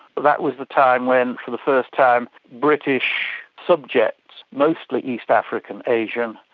that was the time when for the first time british subjects, mostly east african, asian,